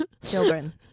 Children